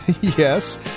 Yes